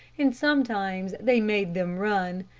and sometimes they made them run.